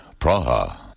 Praha